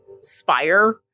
spire